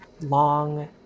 long